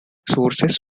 sources